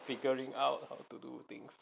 figuring out how to do things